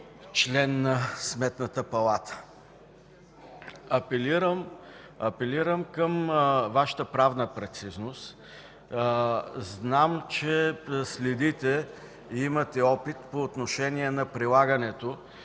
член на Сметната палата. Апелирам към Вашата правна прецизност. Знам, че следите и имате опит по отношение прилагането